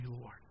Lord